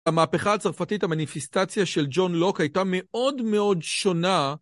המהפכה הצרפתית המניפיסטציה של ג'ון לוק הייתה מאוד מאוד שונה